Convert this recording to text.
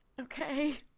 Okay